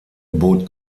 bot